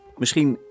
Misschien